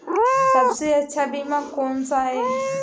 सबसे अच्छा बीमा कौनसा है?